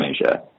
Asia